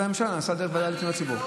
הממשלה נעשו דרך הוועדה לפניות הציבור.